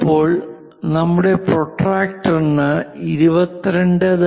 ചിലപ്പോൾ നമ്മുടെ പ്രൊട്ടക്റ്ററിന് 22